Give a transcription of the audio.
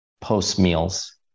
post-meals